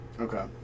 Okay